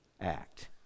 act